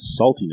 saltiness